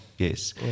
Yes